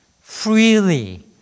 freely